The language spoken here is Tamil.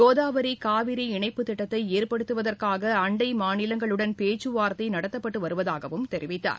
கோதாவரி காவிரி இணைப்புத் திட்டத்தைஏற்படுத்துவதற்காகஅண்டைமாநிலங்களுடன் பேச்சுவார்த்தைநடத்தப்பட்டுவருவதாகவும் கூறினார்